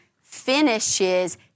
finishes